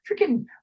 Freaking